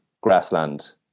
grassland